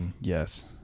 Yes